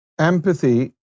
Empathy